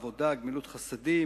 עבודה וגמילות חסדים,